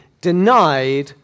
denied